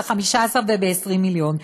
ב-15 וב-20 מיליון.